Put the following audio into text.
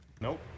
Nope